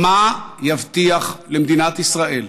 מה יבטיח למדינת ישראל,